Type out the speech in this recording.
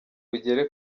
bugere